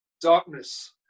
darkness